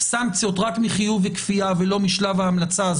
סנקציות רק מחיוב וכפייה ולא משלב ההמלצה,